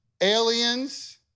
aliens